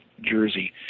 Jersey